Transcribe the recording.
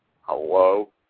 Hello